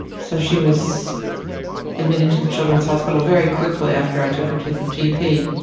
so she was admitted to the children's hospital very quickly after i took to the gp,